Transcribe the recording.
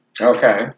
Okay